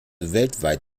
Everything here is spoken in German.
weltweit